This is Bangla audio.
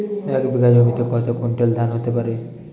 এক বিঘা জমিতে কত কুইন্টাল ধান হতে পারে?